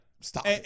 Stop